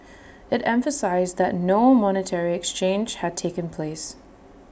IT emphasised that no monetary exchange had taken place